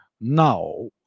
Now